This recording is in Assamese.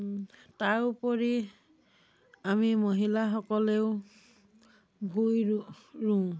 তাৰপৰি আমি মহিলাসকলেও ভূই ৰু ৰুওঁ